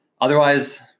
Otherwise